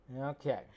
Okay